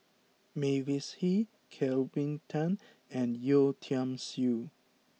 Mavis Hee Kelvin Tan and Yeo Tiam Siew